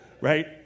Right